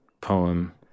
poem